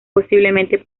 posiblemente